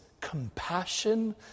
compassion